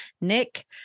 Nick